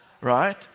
Right